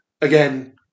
again